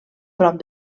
prop